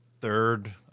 third